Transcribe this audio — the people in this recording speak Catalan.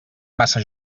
massa